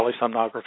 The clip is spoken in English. polysomnography